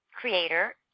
creator